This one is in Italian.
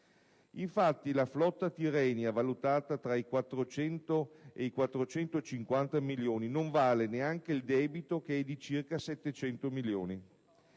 Infatti, la flotta Tirrenia, valutata tra i 400 e i 450 milioni di euro, non vale neanche il debito, che è di circa 700 milioni.